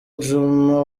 djuma